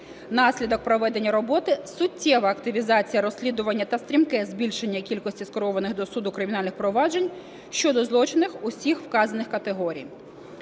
Внаслідок проведення роботи суттєва активізація розслідування та стрімке збільшення кількості скерованих до суду кримінальних проваджень щодо злочинів усіх вказаних категорій.